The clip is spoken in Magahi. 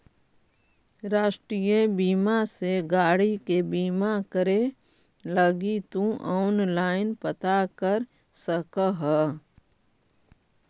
राष्ट्रीय बीमा से गाड़ी के बीमा करे लगी तु ऑनलाइन पता कर सकऽ ह